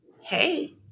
hey